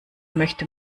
möchte